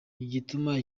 bituma